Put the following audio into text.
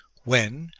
when,